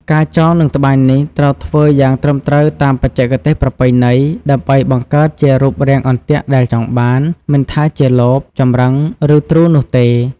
ការចងនិងត្បាញនេះត្រូវធ្វើយ៉ាងត្រឹមត្រូវតាមបច្ចេកទេសប្រពៃណី ដើម្បីបង្កើតជារូបរាងអន្ទាក់ដែលចង់បាន មិនថាជាលប ចម្រឹង ឬទ្រូនោះទេ។